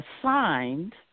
assigned